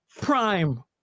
prime